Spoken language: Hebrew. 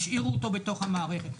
תשאירו אותו בתוך המערכת.